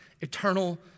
eternal